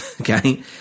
okay